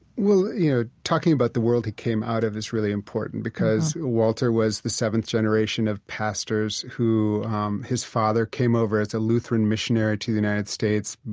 yeah talking about the world he came out of is really important because walter was the seventh generation of pastors who his father came over as a lutheran missionary to the united states,